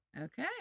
Okay